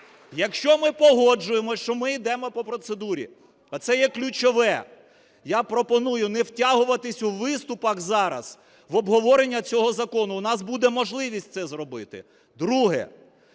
Якщо ми погоджуємося, що ми йдемо по процедурі (оце є ключове), я пропоную не втягуватися у виступах зараз в обговорення цього закону, у нас буде можливість це зробити. Друге.